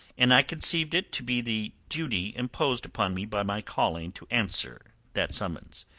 and i conceived it to be the duty imposed upon me by my calling to answer that summons.